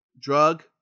Drug